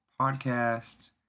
podcast